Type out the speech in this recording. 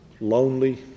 lonely